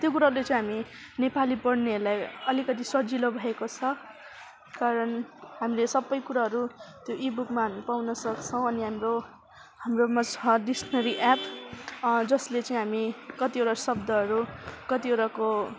त्यो कुरोले चाहिँ हामी नेपाली पढ्नेहरूलाई अलिकति सजिलो भएको छ कारण हामीले सबै कुराहरू त्यो ईबुकमा हामी पाउन सक्छौँ अनि हाम्रो हाम्रोमा छ डिक्सनेरी एप जसले चाहिँ हामी कतिवटा शब्दहरू कतिवटाको